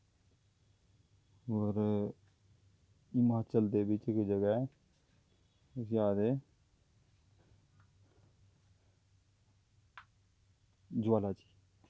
होर हिमाचल दे बिच्च गै जगह् ऐ जादै ज्वाला जी